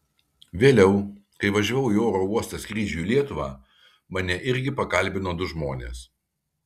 vėliau kai važiavau į oro uostą skrydžiui į lietuvą mane irgi pakalbino du žmonės